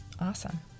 Awesome